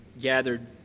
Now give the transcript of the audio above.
gathered